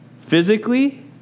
Physically